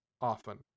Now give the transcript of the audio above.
often